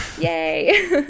Yay